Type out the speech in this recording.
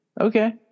Okay